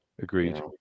agreed